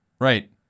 Right